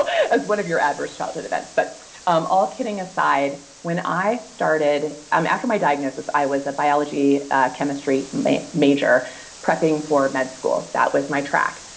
as one of your adverse childhood events, but um all kidding aside, when i started. um after my diagnosis, i was a biology-chemistry major prepping for med school. that was my track,